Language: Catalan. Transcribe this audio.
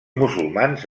musulmans